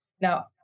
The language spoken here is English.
Now